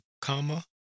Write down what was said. comma